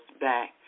back